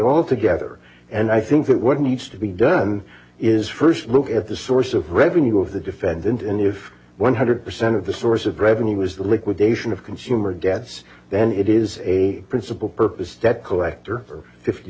altogether and i think that what needs to be done is first look at the source of revenue of the defendant in the if one hundred percent of the source of revenue is the liquidation of consumer gets then it is a principal purpose debt collector f